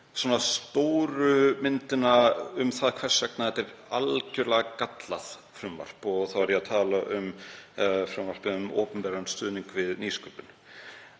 um stóru myndina varðandi það hvers vegna þetta er algjörlega gallað frumvarp, og þá er ég að tala um frumvarp um opinberan stuðning við nýsköpun.